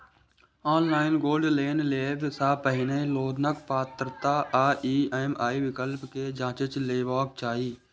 online gold loan लेबय सं पहिने लोनक पात्रता आ ई.एम.आई विकल्प कें जांचि लेबाक चाही